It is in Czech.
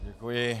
Děkuji.